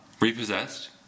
Repossessed